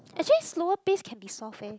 actually slower pace can be solved eh